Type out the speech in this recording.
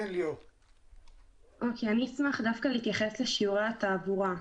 אני אשמח להתייחס לשיעורי התעבורה.